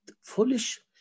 Foolish